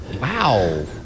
wow